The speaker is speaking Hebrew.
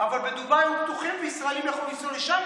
אבל בדובאי היו פתוחים וישראלים יכלו לנסוע לשם,